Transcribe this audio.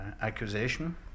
accusation